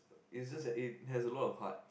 is just that it has a lot of heart